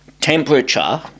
temperature